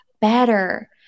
better